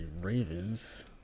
ravens